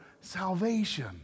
salvation